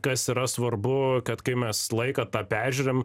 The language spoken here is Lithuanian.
kas yra svarbu kad kai mes laiką tą peržiūrim